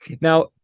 now